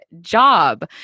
job